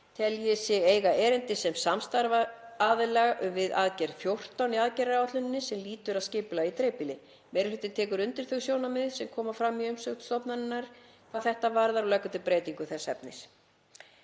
telji sig eiga erindi sem samstarfsaðila um aðgerð 14 í aðgerðaáætluninni sem lýtur að skipulagi í dreifbýli. Meiri hlutinn tekur undir þau sjónarmið sem fram koma í umsögn stofnunarinnar hvað þetta varðar og leggur til breytingu þess efnis.